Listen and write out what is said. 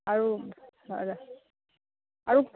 আৰু আৰু